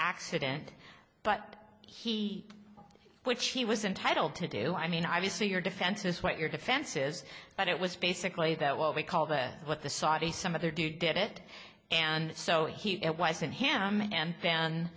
accident but he which he was entitled to do i mean obviously your defense is what your defense is that it was basically about what we call the what the saudi some other dude did it and so he it wasn't him and then